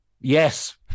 yes